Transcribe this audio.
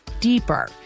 deeper